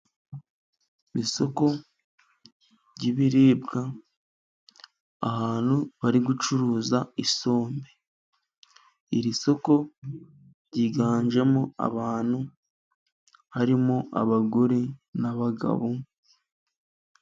Isoko ry'ibiribwa ahantu bari gucuruza isombe. Iri soko ryiganjemo abantu harimo abagore n'abagabo.